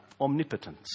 omnipotence